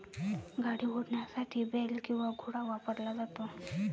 गाडी ओढण्यासाठी बेल किंवा घोडा वापरला जातो